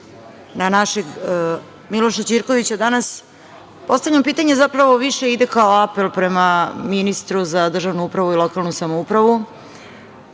na našeg Miloša Ćirkovića. Danas postavljam pitanje, zapravo, više ide kao apel prema ministru za državnu upravu i lokalnu samoupravu